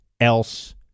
else